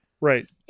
Right